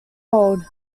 old